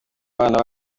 abana